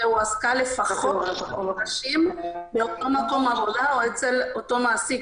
שהועסקה לפחות --- חודשים באותו מקום עבודה או אצל אותו מעסיק,